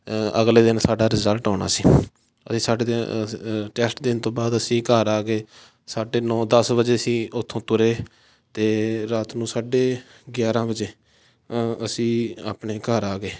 ਅਗਲੇ ਦਿਨ ਸਾਡਾ ਰਿਜਲਟ ਆਉਣਾ ਸੀ ਅਸੀਂ ਸਾਡੇ ਅ ਅ ਟੈਸਟ ਦੇਣ ਤੋਂ ਬਾਅਦ ਅਸੀਂ ਘਰ ਆ ਗਏ ਸਾਢੇ ਨੌ ਦਸ ਵਜੇ ਅਸੀਂ ਉੱਥੋਂ ਤੁਰੇ ਅਤੇ ਰਾਤ ਨੂੰ ਸਾਢੇ ਗਿਆਰਾਂ ਵਜੇ ਅਸੀਂ ਆਪਣੇ ਘਰ ਆ ਗਏ